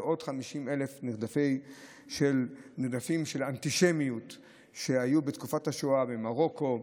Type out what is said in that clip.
ועוד 50,000 הם נרדפים של אנטישמיות שהיו בתקופת השואה במרוקו,